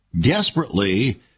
desperately